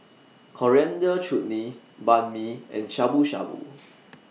Coriander Chutney Banh MI and Shabu Shabu